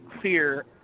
clear